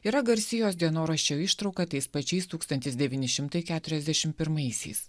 yra garsi jos dienoraščio ištrauka tais pačiais tūkstantis devyni šimtai keturiasdešim pirmaisiais